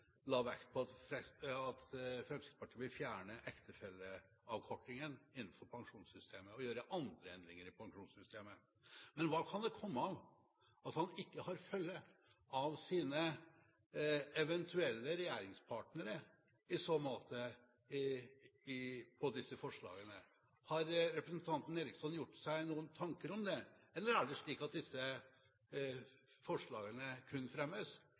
pensjonssystemet. Men hva kan det komme av at han ikke har følge av sine eventuelle regjeringspartnere i så måte når det gjelder disse forslagene? Har representanten Eriksson gjort seg noen tanker om det, eller er det slik at disse forslagene kun fremmes